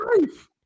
life